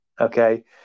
Okay